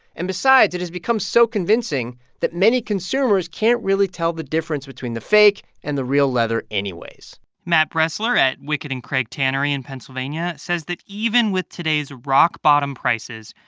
and besides, it has become so convincing that many consumers can't really tell the difference between the fake and the real leather anyways matt bressler at wickett and craig tannery in pennsylvania says that even with today's rock-bottom prices,